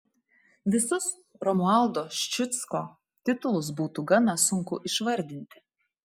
visus romualdo ščiucko titulus būtų gana sunku išvardinti